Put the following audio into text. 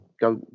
Go